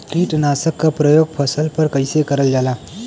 कीटनाशक क प्रयोग फसल पर कइसे करल जाला?